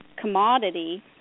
commodity